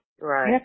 Right